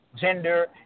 gender